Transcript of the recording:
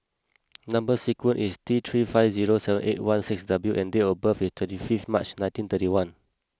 number sequence is T three five zero seven eight one six W and date of birth is twenty fifth March nineteen thirty one